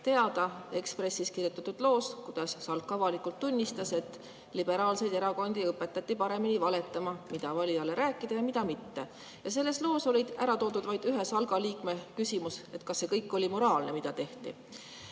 [Eesti] Ekspressis kirjutatud loost, kuidas SALK avalikult tunnistas, et liberaalseid erakondi õpetati paremini valetama [ja õpetati,] mida valijale rääkida ja mida mitte. Selles loos oli ära toodud vaid ühe SALK-i liikme küsimus: kas see kõik oli moraalne, mida tehti?